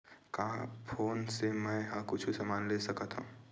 का फोन से मै हे कुछु समान ले सकत हाव का?